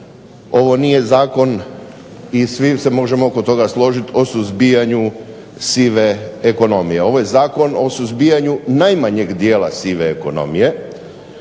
ovo nije zakon i svi se možemo oko toga složiti o suzbijanju sive ekonomije. Ovo je zakon o suzbijanju najmanjeg dijela sive ekonomije.